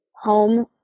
home